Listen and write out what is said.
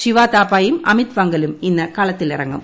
ശിവാതാപ്പയും അമിത് വംഗലും ഇന്ന് കളത്തിലിറങ്ങും